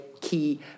key